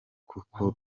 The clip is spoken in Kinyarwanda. kuko